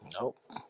Nope